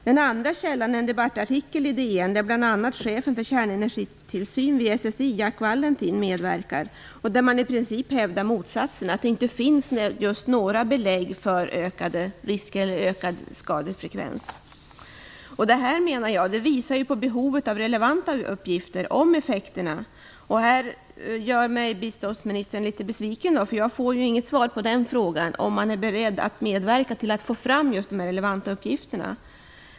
Den andra källan är en debattartikel i DN, där bl.a. chefen för kärnenergitillsynen vid SSI, Jack Valentin, medverkar. Där hävdas i princip motsatsen, nämligen att det inte finns just några belägg för ökad skadefrekvens. Jag menar att det här visar på behovet av relevanta uppgifter om effekterna. Biståndsministern gör mig litet besviken, eftersom jag inte får något svar på frågan om man är beredd att medverka till att få fram dessa relevanta uppgifter.